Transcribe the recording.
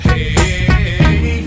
Hey